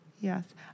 Yes